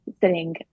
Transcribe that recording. sitting